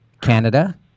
Canada